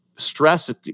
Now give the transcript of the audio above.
Stress